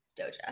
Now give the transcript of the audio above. Doja